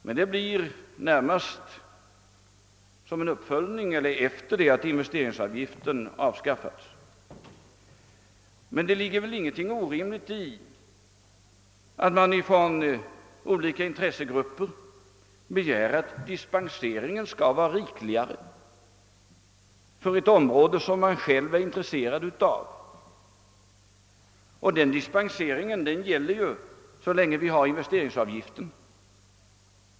Men det blir i så fall närmast en uppföljning efter det att investeringsavgiften avskaffats. Det ligger inget orimligt i att från olika intressegrupper begära att dispensgivningen skall vara rikligare för ett område som man själv är intresserad av, och den dispensgivningen tillämpas ju så länge vi har investeringsavgiften.